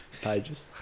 pages